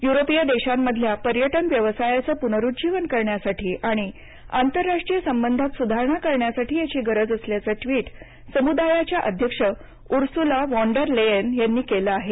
युरोपीय देशांमधल्या पर्यटन व्यवसायाचं पुनरुज्जीवन करण्यासाठी आणि आंतरराष्ट्रीय संबंधात सुधारणा करण्यासाठी याची गरज असल्याचं ट्विट समुदायाच्या अध्यक्ष उर्सुला व्हॉन डर लेयेन यांनी केलं आहे